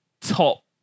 top